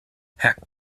herrgott